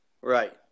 Right